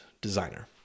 designer